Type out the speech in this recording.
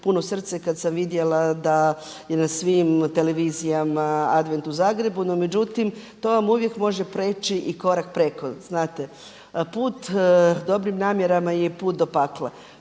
puno srce kad sam vidjela da je na svim televizijama Advent u Zagrebu, no međutim to vam uvijek može preći i korak preko znate. Put dobrim namjerama je i put do pakla.